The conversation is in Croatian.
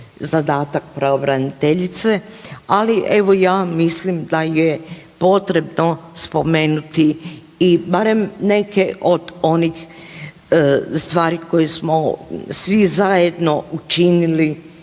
zadatak pravobraniteljice, ali evo ja mislim da je potrebno spomenuti i barem neke od onih stvari koje smo svi zajedno učinili